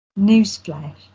Newsflash